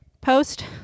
post